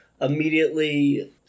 immediately